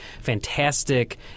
fantastic